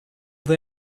they